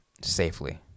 safely